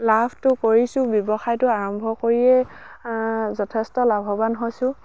লাভটো কৰিছোঁ ব্যৱসায়টো আৰম্ভ কৰিয়ে যথেষ্ট লাভৱান হৈছোঁ